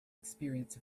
experience